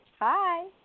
Hi